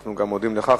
אנחנו גם מודים לך,